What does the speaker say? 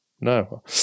no